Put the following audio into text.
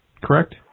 correct